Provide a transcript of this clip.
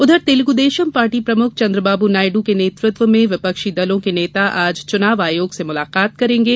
उधर तेलगूदेशम पार्टी प्रमुख चंद्रबाबू नायंडू के नेतृत्व में विपक्षी दलों के नेता आज चुनाव आयोग से मुलाकात करेंगे